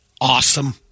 Awesome